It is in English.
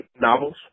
novels